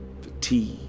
Fatigue